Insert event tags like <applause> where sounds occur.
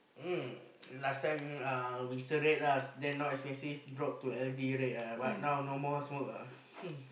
um last time uh Wilson-red lah then now expensive drop to L_D-red ah but now no more smoke ah <laughs>